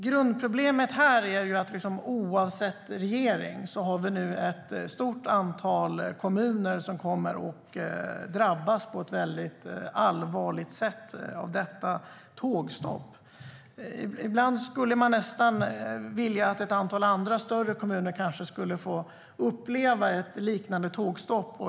Grundproblemet här är att vi nu oavsett regering har ett stort antal kommuner som kommer att drabbas på ett väldigt allvarligt sätt av detta tågstopp. Ibland skulle man nästan vilja att ett antal andra större kommuner kanske skulle få uppleva ett liknande tågstopp.